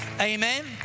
Amen